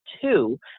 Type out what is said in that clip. two